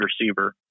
receiver